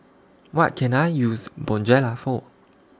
What Can I use Bonjela For